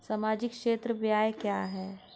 सामाजिक क्षेत्र व्यय क्या है?